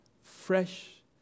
fresh